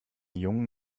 jungen